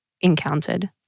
encountered